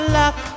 luck